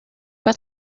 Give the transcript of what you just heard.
pas